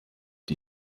die